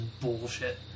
bullshit